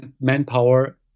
manpower